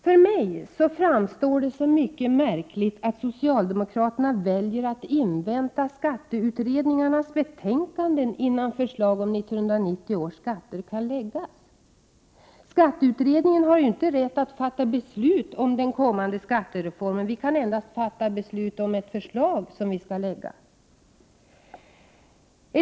För mig framstår det som mycket märkligt att socialdemokraterna väljer att invänta skatteutredningens betänkande innan förslag om 1990 års skatter kan läggas fram. Skatteutredningen har inte rätt att fatta beslut om den kommande skattereformen utan kan endast fatta beslut om förslag som skall läggas fram.